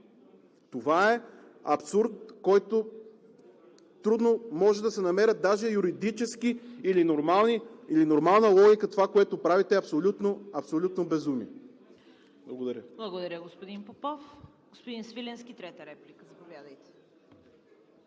Това е абсурд, в който трудно може да се намерят даже юридическа или нормална логика. Това, което правите, е абсолютно безумие. Благодаря. ПРЕДСЕДАТЕЛ ЦВЕТА КАРАЯНЧЕВА: Благодаря, господин Попов. Господин Свиленски – трета реплика. Заповядайте.